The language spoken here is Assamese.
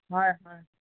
হয় হয়